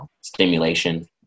stimulation